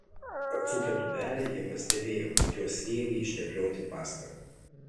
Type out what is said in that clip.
atsukę tūbelę jie pastebėjo kad jos sriegiai išteplioti pasta